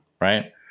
right